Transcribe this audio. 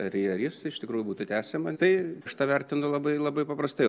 ar ji ar jis iš tikrųjų būtų tęsia man tai šitą vertinu labai labai paprastai